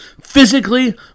physically